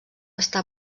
està